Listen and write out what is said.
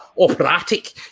operatic